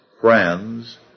friends